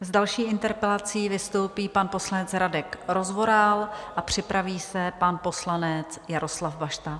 S další interpelací vystoupí pan poslanec Radek Rozvoral a připraví se pan poslanec Jaroslav Bašta.